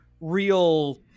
real